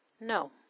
No